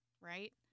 right